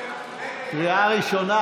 קריאה ראשונה,